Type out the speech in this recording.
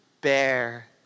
bear